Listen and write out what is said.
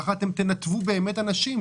כך אתם תנתבו אנשים,